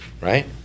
right